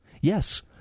Yes